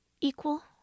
equal